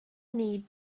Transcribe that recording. need